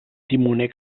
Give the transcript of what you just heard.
timoner